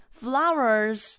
flowers